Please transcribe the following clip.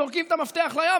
זורקים את המפתח לים,